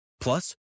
Plus